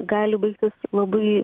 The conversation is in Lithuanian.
gali baigtis labai